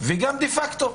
וגם דה פקטו.